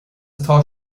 atá